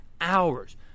hours